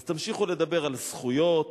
אז תמשיכו לדבר על זכויות